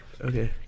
okay